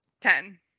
Ten